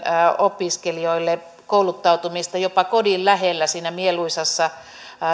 opiskelijoille kouluttautumista jopa kodin lähellä siinä mieluisassa